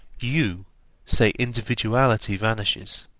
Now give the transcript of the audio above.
you say individuality vanishes.